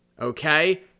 okay